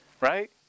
Right